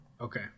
Okay